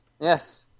Yes